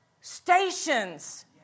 stations